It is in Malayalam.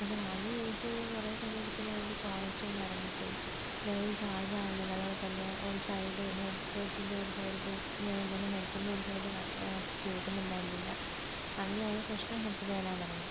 പക്ഷെ വാങ്ങി യൂസ് ചെയ്ത് കുറെ കഴിഞ്ഞപ്പോൾ തന്നെ അതിൻ്റെ ക്വാളിറ്റി ഇറങ്ങിപ്പോയി വേഗം ചാർജ് ആകുന്നില്ല അതുപോലെ തന്നെ ഒരു സൈഡ് ഹെഡ് സെറ്റിൻ്റെ ഒരു സൈഡ് ഹെഡ് സെറ്റിൻ്റെ ഒരു സൈഡ് ക കേൾക്കുന്നുണ്ടായിരുന്നില്ല അങ്ങനെ ഓരോ പ്രശ്നം ഹെഡ് സെറ്റിന് വരാൻ തുടങ്ങി